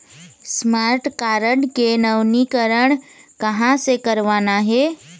Smart card के नवीनीकरण कहां से करवाना हे?